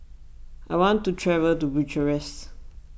I want to travel to Bucharest